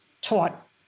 taught